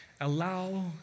Allow